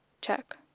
check